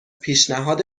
پیشنهاد